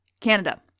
Canada